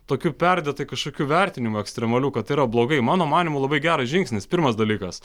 tokių perdėtai kažkokių vertinimų ekstremalių kad tai yra blogai mano manymu labai geras žingsnis pirmas dalykas